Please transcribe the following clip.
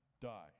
die